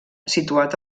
situat